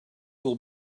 will